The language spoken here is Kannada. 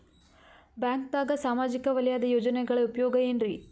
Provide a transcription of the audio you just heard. ಬ್ಯಾಂಕ್ದಾಗ ಸಾಮಾಜಿಕ ವಲಯದ ಯೋಜನೆಗಳ ಉಪಯೋಗ ಏನ್ರೀ?